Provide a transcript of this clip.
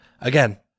Again